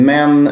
Men